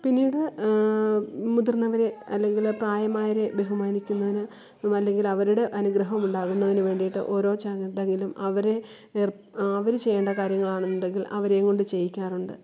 പിന്നീട് മുതിര്ന്നവരെ അല്ലെങ്കിൽ പ്രായമായവരെ ബഹുമാനിക്കുന്നതിന് അല്ലെങ്കിൽ അവരുടെ അനുഗ്രഹം ഉണ്ടാകുന്നതിനു വേണ്ടിയിട്ട് ഓരോ ചടങ്ങിലും അവരെ എര് അവർ ചെയ്യേണ്ട കാര്യങ്ങളാണെന്നുണ്ടെങ്കില് അവരെ കൊണ്ടു ചെയ്യിക്കാറുണ്ട്